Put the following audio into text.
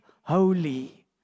holy